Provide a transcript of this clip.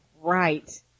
Right